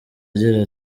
agira